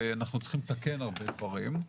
ואנחנו צריכים לתקן הרבה דברים.